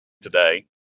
today